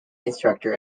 instructor